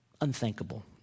unthinkable